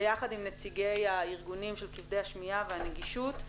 יחד עם נציגי הארגונים של כבדי השמיעה והנגישות,